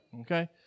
Okay